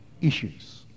issues